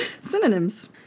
Synonyms